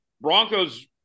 Broncos